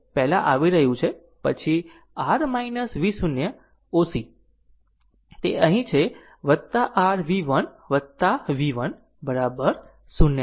પહેલા આવી રહ્યું છે પછી r V o c તે અહીં r v 1 v 1 0 છે